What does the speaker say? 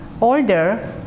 older